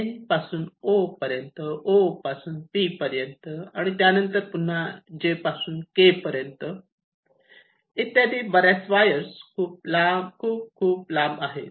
N पासून O पर्यंत O पासून P पर्यंत त्यानंतर पुन्हा J पासून K पर्यंत इत्यादी बऱ्याच वायर्स खूप खूप लांब आहे